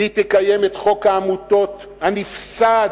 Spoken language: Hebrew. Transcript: והיא תקיים את חוק העמותות הנפסד,